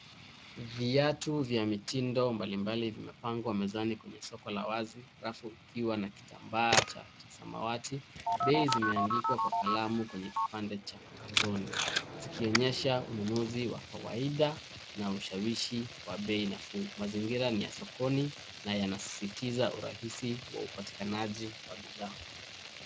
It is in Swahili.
Viatu vya mitindo mbalimbali vimepangwa mezani kwenye soko la wazi, rafu ikiwa na kitambaa cha samawati. Bei zimeandikwa kwa kalamu kwenye kipande cha carton zikionyesha ununuzi wa kawaida na ushawishi wa bei nafuu. Mazingira ni ya sokoni na yanasisitiza urahisi wa upatikanaji wa bidhaa.